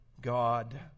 God